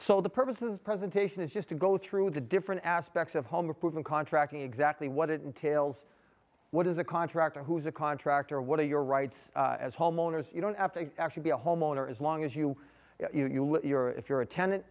so the purpose is presentation is just to go through the different aspects of home improvement contracting exactly what it entails what is a contractor who is a contractor what are your rights as homeowners you don't have to actually be a homeowner as long as you know you look you're if you're a tenant